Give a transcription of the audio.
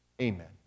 Amen